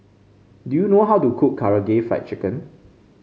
do you know how to cook Karaage Fried Chicken